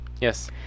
Yes